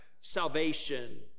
salvation